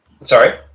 Sorry